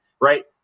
right